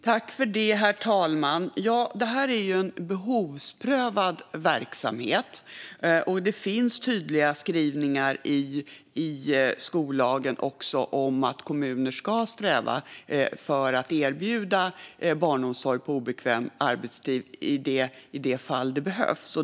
Herr talman! Detta är en behovsprövad verksamhet, och det finns tydliga skrivningar i skollagen om att kommuner ska sträva efter att erbjuda barnomsorg på obekväm arbetstid i de fall sådan behövs.